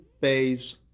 phase